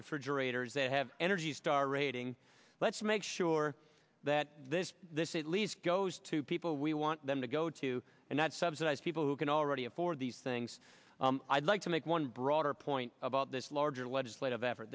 refrigerators that have energy star rating let's make sure that this at least goes to people we want them to go to and not subsidize people who can already afford these things i'd like to make one broader point about this larger legislative